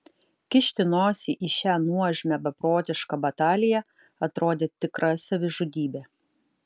kišti nosį į šią nuožmią beprotišką bataliją atrodė tikra savižudybė